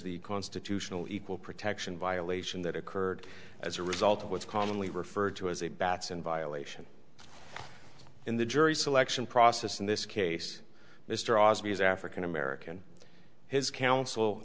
the constitutional equal protection violation that occurred as a result of what's commonly referred to as a batson violation in the jury selection process in this case mr osme is african american his counsel